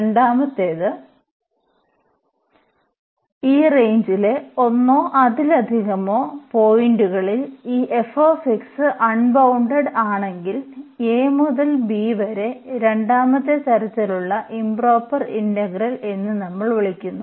രണ്ടാമത്തേത് ഈ റേഞ്ചിലെ ഒന്നോ അതിലധികമോ പോയിന്റുകളിൽ ഈ f അൺബൌണ്ടഡ് ആണെങ്കിൽ a മുതൽ b വരെ രണ്ടാമത്തെ തരത്തിലുള്ള ഇംപ്റോപർ ഇന്റഗ്രൽ എന്ന് നമ്മൾ വിളിക്കുന്നു